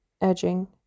edging